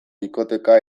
bikoteka